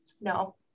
no